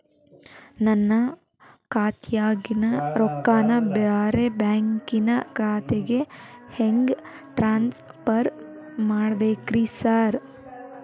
ನನ್ನ ಖಾತ್ಯಾಗಿನ ರೊಕ್ಕಾನ ಬ್ಯಾರೆ ಬ್ಯಾಂಕಿನ ಖಾತೆಗೆ ಹೆಂಗ್ ಟ್ರಾನ್ಸ್ ಪರ್ ಮಾಡ್ಬೇಕ್ರಿ ಸಾರ್?